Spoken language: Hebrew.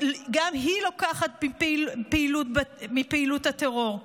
גם היא לוקחת חלק בפעילות בטרור.